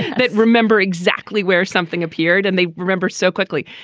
but remember exactly where something appeared and they remember so quickly.